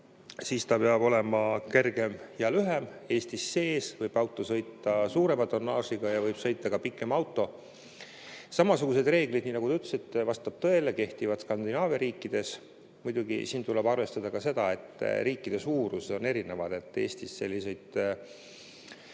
siis ta peab olema kergem ja lühem, Eesti sees võib auto sõita suurema tonnaažiga ja võib sõita ka pikem auto. Samasugused reeglid, nii nagu te ütlesite, vastab tõele, kehtivad Skandinaavia riikides. Muidugi, siin tuleb arvestada ka seda, et riikide suurused on erinevad. Eestis sellised